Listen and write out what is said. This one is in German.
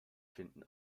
finden